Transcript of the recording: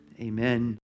Amen